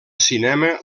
cinema